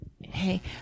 Hey